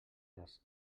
les